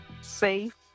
safe